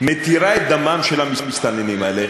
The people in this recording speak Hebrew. מתירה את דמם של המסתננים האלה.